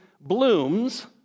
blooms